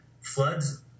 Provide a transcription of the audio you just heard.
floods